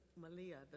Malia